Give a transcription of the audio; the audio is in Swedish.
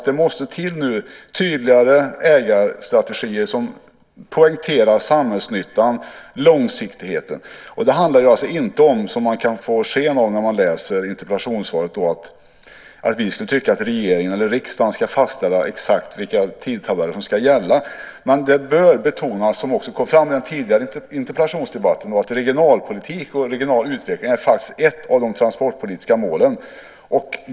Det måste till tydligare ägarstrategier som poängterar samhällsnyttan och långsiktigheten. Det handlar alltså inte om, som man kan få sken av när man läser interpellationssvaret, att regeringen eller riksdagen exakt ska fastställa vilka tidtabeller som ska gälla. Det bör betonas, som också kom fram i den tidigare interpellationsdebatten, att regionalpolitik och regional utveckling faktiskt är ett av de transportpolitiska målen.